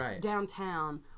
downtown